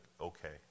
okay